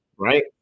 Right